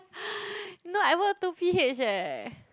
no I work two p_h eh